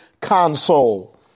console